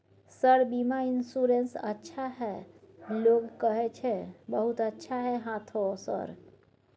Sir बीमा insurance अच्छा है लोग कहै छै बहुत अच्छा है हाँथो सर?